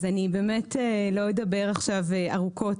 אז לא אדבר עכשיו ארוכות,